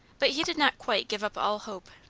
but he did not quite give up all hope,